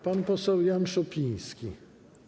Pan poseł Jan Szopiński.